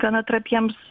gana trapiems